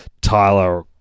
Tyler